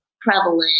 prevalent